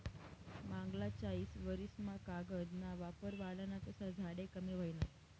मांगला चायीस वरीस मा कागद ना वापर वाढना तसा झाडे कमी व्हयनात